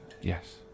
Yes